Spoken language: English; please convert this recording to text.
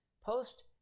Post